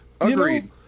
Agreed